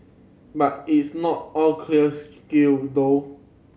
but it is not all clear skill though